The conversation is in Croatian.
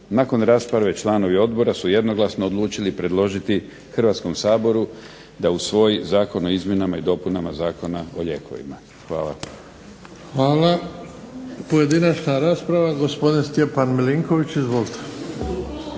Nakon rasprave članovi Odbora su odlučili jednoglasno predložiti Hrvatskom saboru da usvoji Zakon o izmjenama i dopunama Zakona o lijekovima, hvala. **Bebić, Luka (HDZ)** Hvala. Pojedinačna rasprava gospodin Stjepan MIlinković. Izvolite.